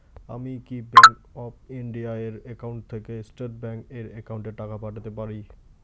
আমি কি bank of India এর একাউন্ট থেকে স্টেট ব্যাংক এর একাউন্টে টাকা পাঠাতে পারি?